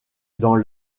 dans